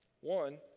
One